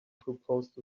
proposed